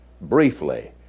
briefly